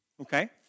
Okay